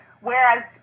whereas